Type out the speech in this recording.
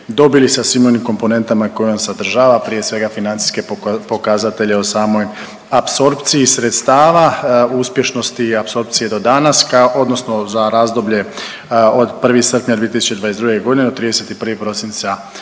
dobili sa svim onim komponentama koje on sadržava prije svega financijske pokazatelje o samoj apsorpciji sredstava, uspješnosti i apsorpciji do danas, odnosno za razdoblje od 1. srpnja 2022. godine do 31. prosinca